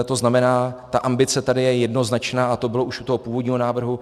To znamená, ta ambice tady je jednoznačná a to bylo už u toho původního návrhu.